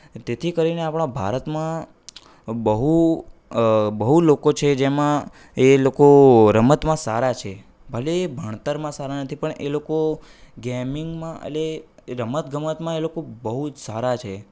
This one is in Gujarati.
તેથી કરીને આપણા ભારતમાં બહુ બહુ લોકો છે જેમાં એ લોકો રમતમાં સારા છે ભલે એ ભણતરમાં સારા નથી પણ એ લોકો ગેમિંગમાં એટલે રમતગમતમાં એ લોકો બહુ જ સારા છે